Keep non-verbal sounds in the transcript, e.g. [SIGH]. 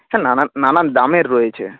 হ্যাঁ [UNINTELLIGIBLE] নানান দামের রয়েছে